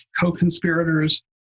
co-conspirators